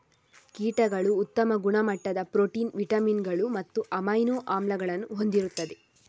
ಕೀಟಗಳು ಉತ್ತಮ ಗುಣಮಟ್ಟದ ಪ್ರೋಟೀನ್, ವಿಟಮಿನುಗಳು ಮತ್ತು ಅಮೈನೋ ಆಮ್ಲಗಳನ್ನು ಹೊಂದಿರುತ್ತವೆ